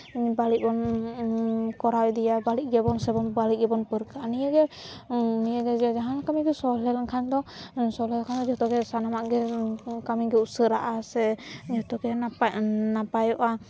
ᱵᱟᱹᱲᱤᱡ ᱵᱚᱱ ᱠᱚᱨᱟᱣ ᱤᱫᱤᱭᱟ ᱵᱟᱹᱲᱤᱡ ᱜᱮᱵᱚᱱ ᱥᱮᱵᱚᱱ ᱵᱟᱹᱲᱤᱡ ᱜᱮᱵᱚᱱ ᱯᱟᱹᱨᱠᱟᱹᱜᱼᱟ ᱱᱤᱭᱟᱹᱜᱮ ᱱᱤᱭᱟᱹᱜᱮ ᱡᱮ ᱡᱟᱦᱟᱱ ᱠᱟᱹᱢᱤᱜᱮ ᱥᱚᱦᱞᱮ ᱞᱮᱱᱠᱷᱟᱱ ᱫᱚ ᱥᱚᱦᱞᱮ ᱠᱷᱚᱱᱟᱜ ᱡᱚᱛᱚᱜᱮ ᱥᱟᱱᱟᱢᱟᱜ ᱜᱮ ᱠᱟᱹᱢᱤᱜᱮ ᱩᱥᱟᱹᱨᱟᱜᱼᱟ ᱥᱮ ᱡᱚᱛᱚᱜᱮ ᱱᱟᱯᱟᱭᱚᱜᱼᱟ